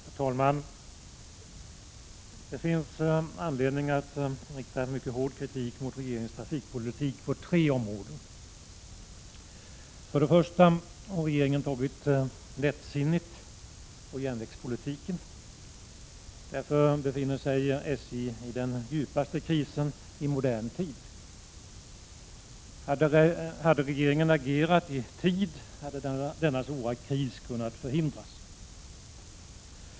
Herr talman! Det finns anledning att rikta mycket hård kritik mot regeringens trafikpolitik på tre områden. För det första har regeringen tagit lättsinnigt på järnvägspolitiken. Därför befinner sig SJ i den djupaste krisen i modern tid. Hade regeringen agerat i tid hade denna svåra kris kunnat förhindras.